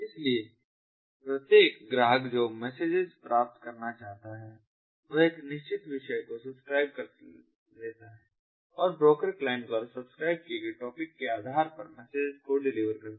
इसलिए प्रत्येक ग्राहक जो मेसेजस प्राप्त करना चाहता है वह एक निश्चित विषय को सब्सक्राइब कर लेता है और ब्रोकर क्लाइंट द्वारा सब्सक्राइब किए गए टॉपिक के आधार पर मैसेजेस को डिलीवर करता है